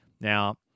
Now